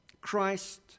Christ